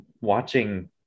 watching